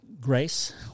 Grace